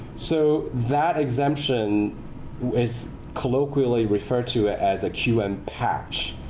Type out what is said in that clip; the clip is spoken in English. so that exemption is colloquially referred to as a qm and patch.